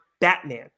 Batman